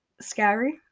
scary